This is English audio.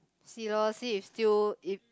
see lor see if still if